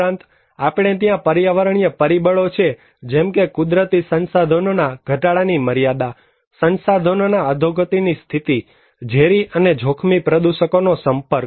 ઉપરાંત આપણે ત્યાં પર્યાવરણીય પરિબળો છે જેમ કે કુદરતી સંસાધનોના ઘટાડાની મર્યાદા સંસાધનોના અધોગતિની સ્થિતિ ઝેરી અને જોખમી પ્રદૂષકો નો સંપર્ક